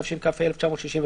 תשכ"ה-1965.